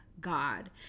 God